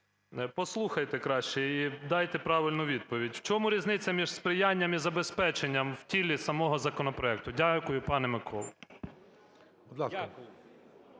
Послухайте краще і дайте правильну відповідь. В чому різниця між "сприянням" і "забезпеченням" в тілі самого законопроекту? Дякую, пане Миколо.